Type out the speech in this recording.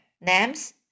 Names